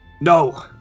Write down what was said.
No